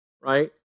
right